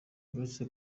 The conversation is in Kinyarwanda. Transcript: uretse